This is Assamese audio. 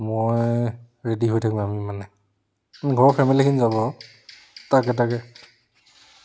মই ৰেডি হৈ থাকিম আমি মানে ঘৰৰ ফেমিলীখিনি যাব আৰু তাকে তাকে